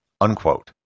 Unquote